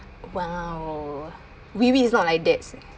!wow! wiwi is not like that